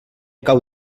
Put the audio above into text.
cau